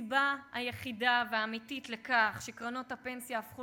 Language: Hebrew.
הסיבה היחידה והאמיתית לכך שקרנות הפנסיה הפכו